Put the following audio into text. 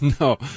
no